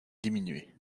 diminuer